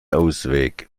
ausweg